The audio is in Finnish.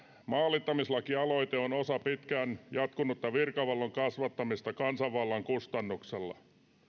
maalittamislakialoite on osa pitkään jatkunutta virkavallan kasvattamista kansanvallan kustannuksella